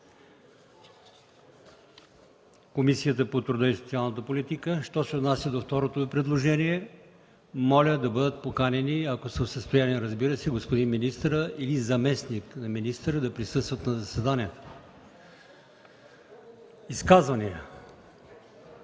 Комисията по труда и социалната политика. Що се отнася до второто Ви предложение – моля да бъдат поканени, ако са в състояние, разбира се, господин министъра и заместник на министъра да присъстват на заседанието. Изказвания?